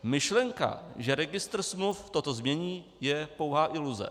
Myšlenka, že registr smluv toto změní, je pouhá iluze.